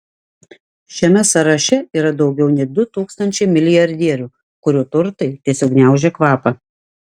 šiame sąraše yra daugiau nei du tūkstančiai milijardierių kurių turtai tiesiog gniaužia kvapą